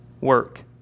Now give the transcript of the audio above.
work